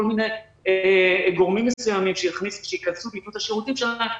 מיני גורמים מסוימים שייכנסו וייתנו את השירותים שלהם,